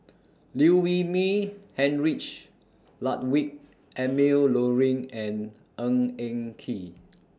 Liew Wee Mee Heinrich Ludwig Emil Luering and Ng Eng Kee